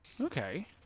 okay